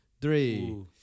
three